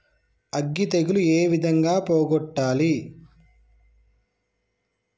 అగ్గి తెగులు ఏ విధంగా పోగొట్టాలి?